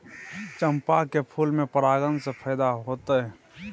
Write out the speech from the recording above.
चंपा के फूल में परागण से फायदा होतय?